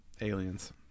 aliens